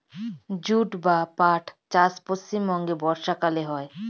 jute বা পাট চাষ পশ্চিমবঙ্গে বর্ষাকালে হয়